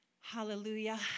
Hallelujah